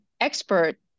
expert